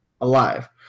alive